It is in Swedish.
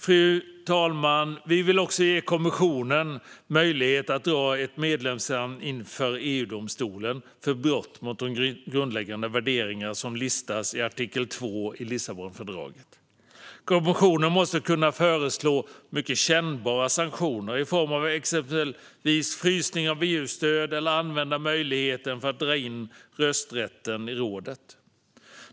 Fru talman! Vi vill också ge kommissionen möjlighet att dra ett medlemsland inför EU-domstolen för brott mot de grundläggande värderingar som listas i artikel 2 i Lissabonfördraget. Kommissionen måste kunna föreslå mycket kännbara sanktioner i form av exempelvis frysning av EU-stöd eller genom att använda möjligheten för att dra in rösträtten i rådet.